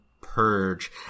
Purge